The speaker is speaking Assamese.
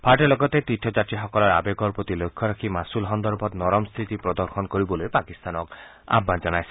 ভাৰতে লগতে তীৰ্থযাত্ৰীসকলৰ আবেগৰ প্ৰতি লক্ষ্য ৰাখি মাচুল সন্দৰ্ভত নৰম স্থিতি প্ৰদৰ্শন কৰিবলৈ পাকিস্তানক আয়ান জনাইছে